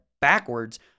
backwards